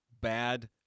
bad